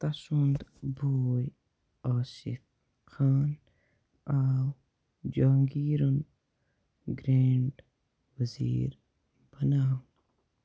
تسُنٛد بوے عاصف خان آو جہانگیٖرُن گرٛینٛڈ وزیٖر بناونہٕ